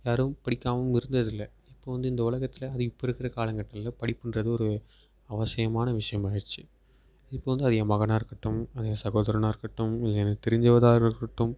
யாரும் படிக்காமல் இருந்ததில்ல இப்போ வந்து இந்த உலகத்தில் அதுவும் இப்போ இருக்கிற காலக்கட்டத்தில் படிப்புன்றது ஒரு அவசியமான விஷயமா ஆகிடிச்சி இப்போ வந்து அது என் மகனாக இருக்கட்டும் இல்லை சகோதரனாக இருக்கட்டும் எனக்கு தெரிஞ்சவராக இருக்கட்டும்